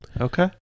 Okay